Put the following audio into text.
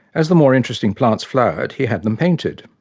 as the more interesting plants flowered, he had them painted.